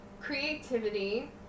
Creativity